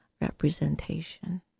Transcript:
representation